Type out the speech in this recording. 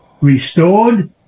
restored